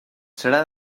serà